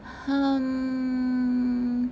um